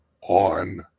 on